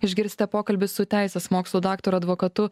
išgirsite pokalbį su teisės mokslų daktaru advokatu